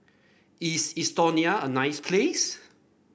is Estonia a nice place